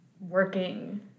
working